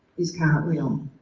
is currently on,